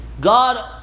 God